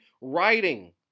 writing